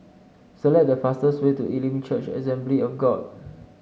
select the fastest way to Elim Church Assembly of God